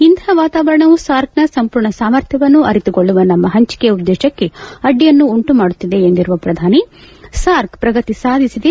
ಇಂಥ ವಾತಾವರಣವು ಸಾರ್ಕ್ ನ ಸಂಪೂರ್ಣ ಸಾಮರ್ಥ್ಯವನ್ನು ಅರಿತುಕೊಳ್ಳುವ ನಮ್ಮ ಪಂಚಿಕೆಯ ಉದ್ದೇಶಕ್ಕೆ ಅಡ್ಡಿಯನ್ನುಂಟು ಮಾಡುತ್ತಿದೆ ಎಂದಿರುವ ಪ್ರಧಾನಿ ಸಾರ್ಕ್ ಪ್ರಗತಿ ಸಾಧಿಸಿದೆ